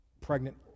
pregnant